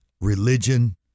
religion